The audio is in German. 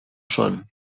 schon